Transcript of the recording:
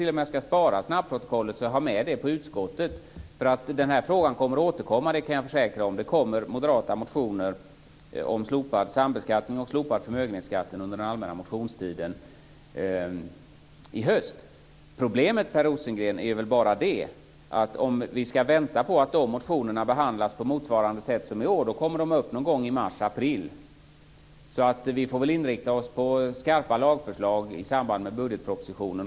Jag ska t.o.m. spara snabbprotokollet så att jag kan ha med det till utskottet. Den här frågan kommer att återkomma, det kan jag försäkra, och under den allmänna motionstiden i höst kommer det moderata motioner om slopad sambeskattning och slopad förmögenhetsskatt. Problemet, Per Rosengren, är väl bara att om vi ska vänta på att dessa motioner behandlas på motsvarande sätt som i år, då kommer de upp någon gång i mars-april. Så vi får väl inrikta oss på skarpa lagförslag i samband med budgetpropositionen.